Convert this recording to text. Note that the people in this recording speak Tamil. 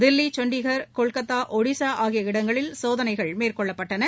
தில்லி சண்டிகர் கொல்கத்தா ஒடிசா ஆகிய இடங்களில் சோதனை மேற்கொள்ளப்பட்டன